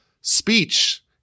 speech